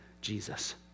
Jesus